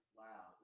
wow